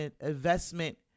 investment